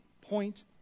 point